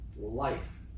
life